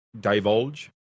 divulge